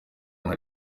nka